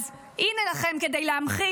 אז הינה לכם, כדי להמחיש,